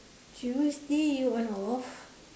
Tuesday you on off